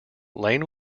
lane